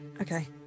Okay